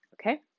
Okay